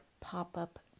pop-up